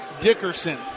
Dickerson